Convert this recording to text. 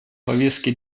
повестки